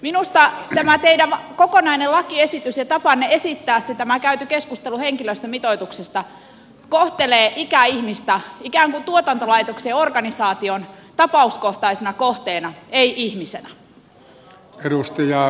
minusta tämä teidän kokonainen lakiesityksenne ja tapanne esittää se tämä käyty keskustelu henkilöstömitoituksesta kohtelee ikäihmistä ikään kuin tuotantolaitoksen ja organisaation tapauskohtaisena kohteena ei ihmisenä